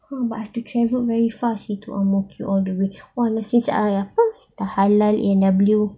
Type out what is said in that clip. mm but I have to travel very far seh to ang mo kio all the way but !aiya! because since apa dah halal A&W